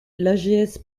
l’ags